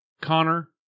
Connor